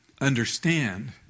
understand